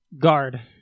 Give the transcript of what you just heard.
Guard